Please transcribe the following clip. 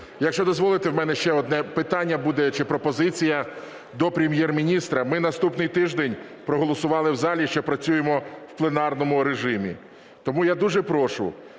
Якщо дозволите, у мене ще одне питання буде чи пропозиція до Прем'єр-міністра. Ми наступний тиждень проголосували в залі, що працюємо в пленарному режимі. Тому я дуже прошу